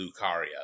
Lucaria